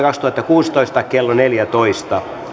kaksituhattakuusitoista kello neljätoista